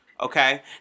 okay